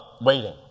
waiting